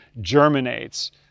germinates